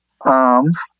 arms